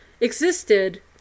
existed